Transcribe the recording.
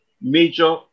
major